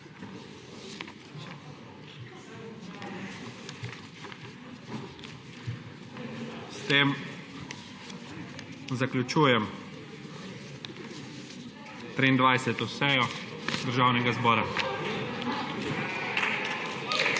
S tem zaključujem 23. sejo Državnega zbora.